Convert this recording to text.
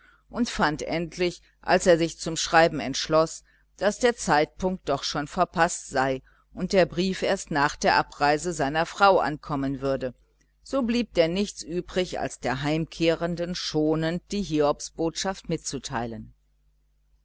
und fand endlich als er sich zum schreiben entschloß daß der termin doch schon verpaßt sei und der brief erst nach der abreise seiner frau ankommen würde so blieb denn nichts übrig als der heimkehrenden schonend die hiobspost mitzuteilen